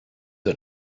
are